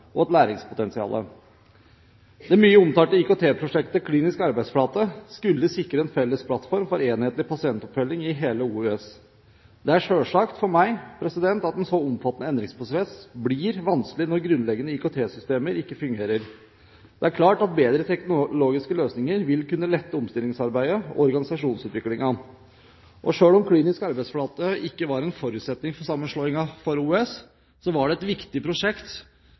Det mye omtalte IKT-prosjektet Klinisk arbeidsflate skulle sikre en felles plattform for enhetlig pasientoppfølging i hele OUS. Det er selvsagt for meg at en så omfattende endringsprosess blir vanskelig når grunnleggende IKT-systemer ikke fungerer. Det er klart at bedre teknologiske løsninger vil kunne lette omstillingsarbeidet og organisasjonsutviklingen. Selv om Klinisk arbeidsflate ikke var en forutsetning for sammenslåingen av OUS, var det et viktig prosjekt